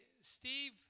Steve